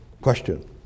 Question